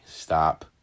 stop